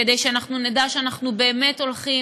כדי שאנחנו נדע שאנחנו באמת הולכים